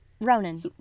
Ronan